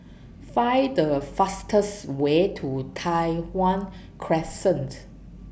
Find The fastest Way to Tai Hwan Crescent